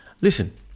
listen